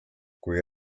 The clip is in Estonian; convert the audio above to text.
kui